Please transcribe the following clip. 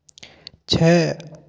छः